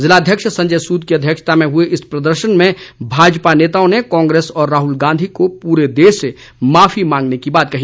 जिलाध्यक्ष संजय सूद की अध्यक्षता में हुए इस प्रदर्शन में भाजपा नेताओं ने कांग्रेस और राहुल गांधी को पूरे देश से माफी मांगने की बात कही